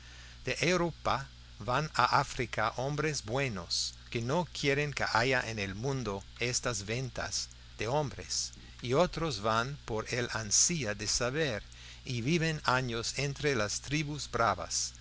de europa van a áfrica hombres buenos que no quieren que haya en el mundo estas ventas de hombres y otros van por el ansia de saber y viven años entre las tribus bravas